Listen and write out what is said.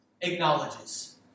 acknowledges